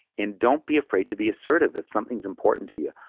and don't be afraid to be assertive if something's important to you.